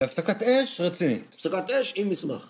הפסקת אש רצינית. הפסקת אש עם מסמך.